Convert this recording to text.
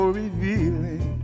revealing